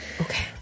Okay